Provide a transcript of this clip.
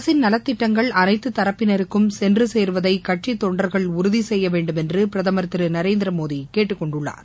அரசின் நலத்திட்டங்கள் அனைத்து தரப்பினருக்கும் சென்று கேருவதை கட்சி தொண்டர்கள் உறுதி செய்யவேண்டும் என்று பிரதமர் திரு நரேந்திரமோடி கேட்டுக்கொண்டுள்ளார்